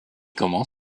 comment